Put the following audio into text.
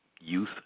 youth